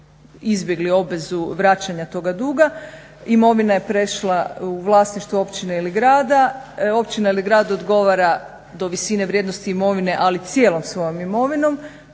izbjegli obvezu vraćanja toga duga. Imovina je prešla u vlasništvo općine ili grada. Općina ili grad odgovara do visine vrijednosti imovine, ali cijelom svojom imovinom.